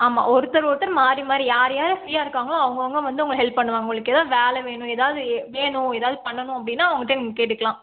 ஆமாம் ஒருத்தரு ஒருத்தர் மாறி மாறி யார் யார் ஃப்ரீயாக இருக்காங்களோ அவங்க அவங்க வந்து உங்களுக்கு ஹெல்ப் பண்ணுவாங்க உங்களுக்கு எதாவது வேலை வேணும் எதாவது வேணும் எதாவது பண்ணணும் அப்படினா அவங்கக்கிட்ட நீங்கள் கேட்டுக்கலாம்